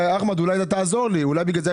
אולי בגלל שזה היה כתוב בעברית